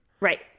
Right